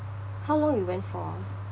how long you went for ah